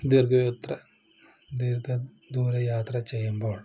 ദീര്ഘയാത്ര ദീര്ഘ ദൂരയാത്ര ചെയ്യുമ്പോള്